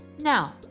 Now